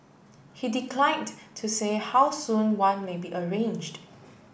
he declined to say how soon one may be arranged